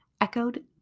echoed